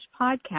podcast